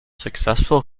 successful